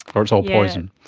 or it's all poison?